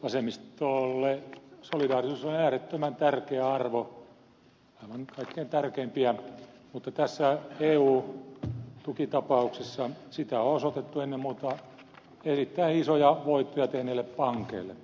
vasemmistolle solidaarisuus on äärettömän tärkeä arvo aivan kaikkein tärkeimpiä mutta näissä eu tukitapauksessa sitä on osoitettu ennen muuta erittäin isoja voittoja tehneille pankeille